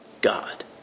God